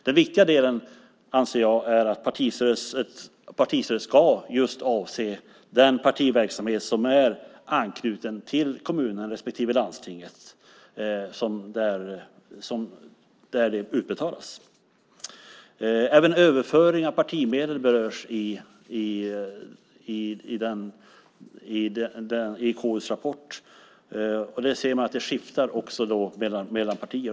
Den viktiga delen anser jag är att partistödet ska avse just den partiverksamhet som är anknuten till den kommun respektive det landsting där det utbetalas. Även överföring av partimedel berörs i KU:s rapport. Där ser man att det skiftar också mellan partier.